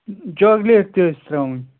chocolate تہِ حظ چھِ ترٛاوٕنۍ